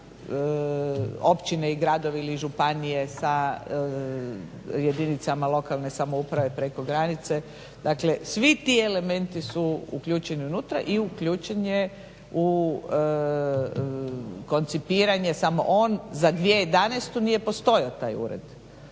općine i gradovi ili županije sa jedinicama lokalne samouprave preko granice. Dakle, svi ti elementi su uključeni unutra i uključen je u koncipiranje samo on. Za 2011. nije postojao taj ured.